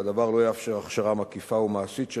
והדבר לא יאפשר הכשרה מקיפה ומעשית של